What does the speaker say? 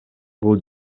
бул